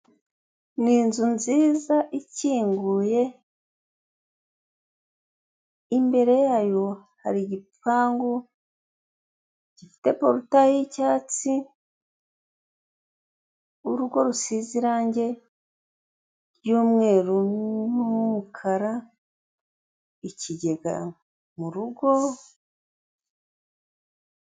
Ni inzu nziza ikinguye imbere yayo hari igipangu gifite porutaye y'icyatsi urugo rusize irange ry'umweru n'umukara, ikigega mu rugo.